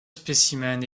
spécimen